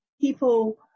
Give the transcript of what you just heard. people